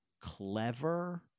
clever